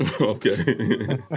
Okay